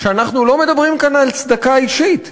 אנחנו לא מדברים כאן על צדקה אישית.